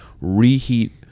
reheat